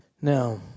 now